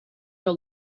your